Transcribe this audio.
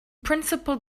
principle